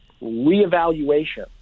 reevaluation